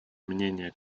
мнения